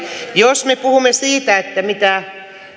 jos me puhumme siitä